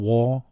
War